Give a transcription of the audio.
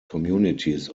communities